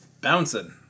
bouncing